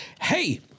Hey